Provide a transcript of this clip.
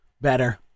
better